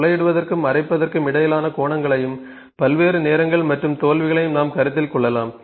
துளையிடுவதற்கும் அரைப்பதற்கும் இடையிலான கோணங்களையும் பல்வேறு நேரங்கள் மற்றும் தோல்விகளை நாம் கருத்தில் கொள்ளலாம்